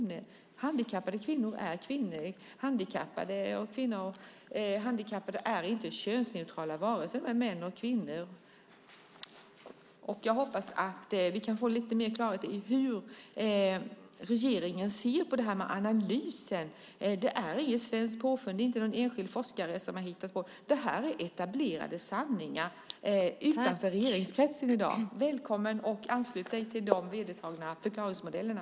Handikappade kvinnor är kvinnor. Handikappade är inte könsneutrala varelser utan män och kvinnor. Jag hoppas att vi kan få höra lite mer om hur regeringen ser på detta med analysen. Det är inte något svenskt påfund. Det är inte någon enskild forskare som har hittat på det. Detta är etablerade sanningar utanför regeringskretsen i dag. Välkommen att ansluta dig till de vedertagna förklaringsmodellerna!